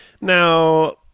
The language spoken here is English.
Now